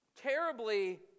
terribly